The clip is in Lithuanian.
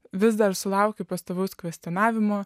vis dar sulaukiu pastovaus kvestionavimo